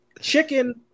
Chicken